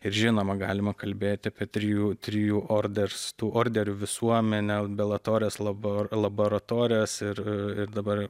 ir žinoma galima kalbėti apie trijų trijų orders tų orderių visuomenę belatores laba laboratorijas ir ir dabar